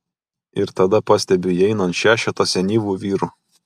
ir tada pastebiu įeinant šešetą senyvų vyrų